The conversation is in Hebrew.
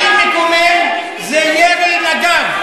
הכי מקומם זה ירי מג"ב.